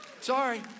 Sorry